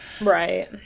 Right